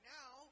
now